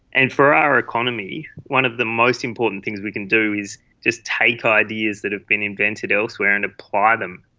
and for our economy, one of the most important things we can do is just take ideas that have been invented elsewhere and apply them.